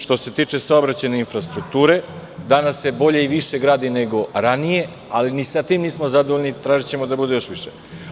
Što se tiče saobraćajne infrastrukture, danas se bolje i više gradi nego ranije, ali ni sa tim nismo zadovoljni, tražićemo da bude još više.